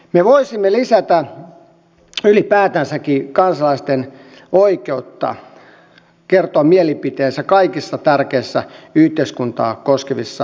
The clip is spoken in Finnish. me voisimme lisätä ylipäätänsäkin kansalaisten oikeutta kertoa mielipiteensä kaikissa tärkeissä yhteiskuntaa koskevissa asioissa